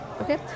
Okay